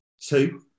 Two